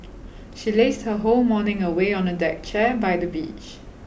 she lazed her whole morning away on a deck chair by the beach